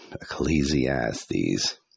Ecclesiastes